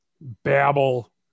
babble